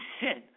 sin